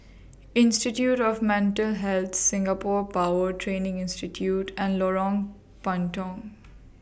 Institute of Mental Health Singapore Power Training Institute and Lorong Puntong